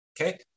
Okay